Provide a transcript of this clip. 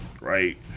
right